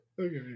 Okay